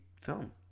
film